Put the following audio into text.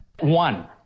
One